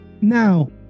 Now